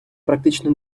практично